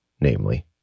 namely